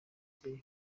day